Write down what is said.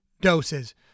doses